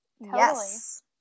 Yes